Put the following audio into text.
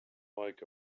like